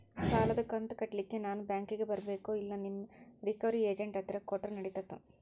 ಸಾಲದು ಕಂತ ಕಟ್ಟಲಿಕ್ಕೆ ನಾನ ಬ್ಯಾಂಕಿಗೆ ಬರಬೇಕೋ, ಇಲ್ಲ ನಿಮ್ಮ ರಿಕವರಿ ಏಜೆಂಟ್ ಹತ್ತಿರ ಕೊಟ್ಟರು ನಡಿತೆತೋ?